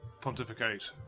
pontificate